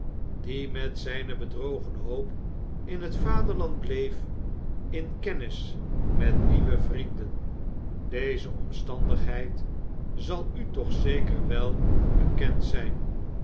die met zijne bedrogene hoop in het vaderland bleef in kennis met nieuwe vrienden deze omstandigheid zal u toch zeker wel bekend zijn